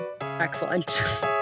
Excellent